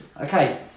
Okay